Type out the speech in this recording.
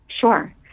Sure